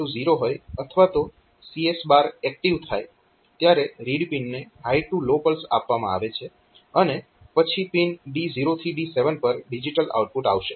તો જ્યારે CS0 હોય અથવા તો CS એક્ટીવ થાય ત્યારે રીડ પિનને હાય ટૂ લો પલ્સ આપવામાં આવે છે અને પછી પિન D0 થી D7 પર ડિજીટલ આઉટપુટ આવશે